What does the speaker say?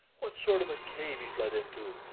what sort of a cave he fled into,